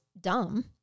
dumb